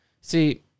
See